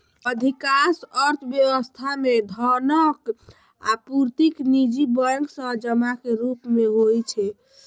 अधिकांश अर्थव्यवस्था मे धनक आपूर्ति निजी बैंक सं जमा के रूप मे होइ छै